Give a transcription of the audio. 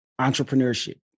entrepreneurship